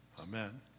Amen